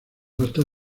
vasta